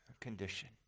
condition